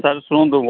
sir ଶୁଣନ୍ତୁ